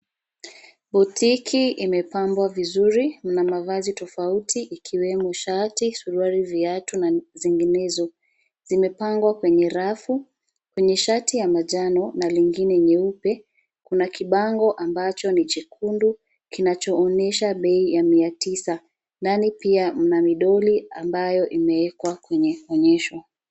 Butiki imepangwa vizuri na mavazi tofauti, ikiwemo shati, suruali, viatu na zinginezo. Zimepangwa kwenye rafu. Kuna shati ya manjano na nyingine nyeupe. Kuna kibango ambacho ni chekundu kinachoonyesha bei ya mia tisa. Ndani pia mna midoli ambayo imewekwa kwenye onyesho.